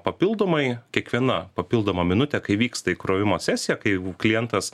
papildomai kiekviena papildoma minutė kai vyksta įkrovimo sesija kai jau klientas